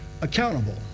accountable